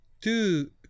two